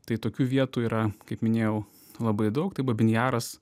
tai tokių vietų yra kaip minėjau labai daug tai babyn jaras